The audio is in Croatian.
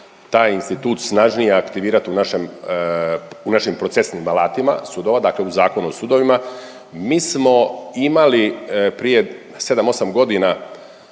taj institut snažnije aktivirati u našem, u našim procesnim alatima sudova, dakle u Zakonu o sudovima. Mi smo imali prije 7-8 godina